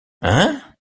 hein